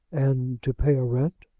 and to pay a rent?